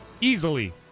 easily